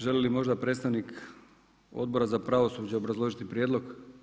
Želi li predstavnik Odbora za pravosuđe obrazložiti prijedlog?